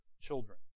children